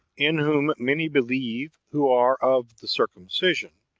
in whom many believe who are of the circumcision,